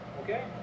okay